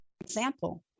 example